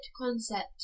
concept